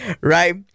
Right